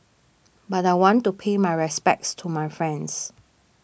but I want to pay my respects to my friends